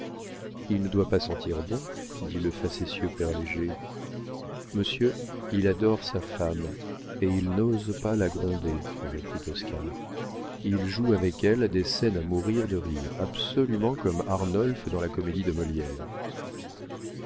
il ne doit pas sentir bon dit le facétieux père léger monsieur il adore sa femme et il n'ose pas la gronder reprit oscar il joue avec elle des scènes à mourir de rire absolument comme arnolphe dans la comédie de molière